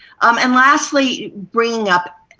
um and lastly, bringing up